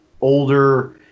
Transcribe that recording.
older